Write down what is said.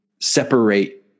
separate